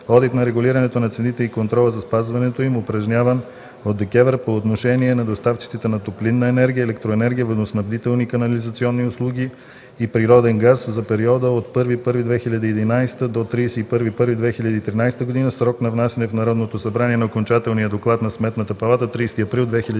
одит на регулирането на цените и контрола за спазването им, упражняван от ДКЕВР по отношение на доставчиците на топлинна енергия, електроенергия, водоснабдителни и канализационни услуги и природен газ за периода от 1 януари 2011 г. до 31 януари 2013 г. Срок на внасяне в Народното събрание на окончателния доклад на Сметната палата 30 април 2013